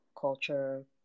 culture